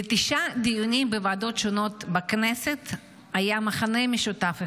לתשעה דיונים בוועדות שונות בכנסת היה מכנה משותף אחד: